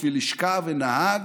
בשביל לשכה ונהג,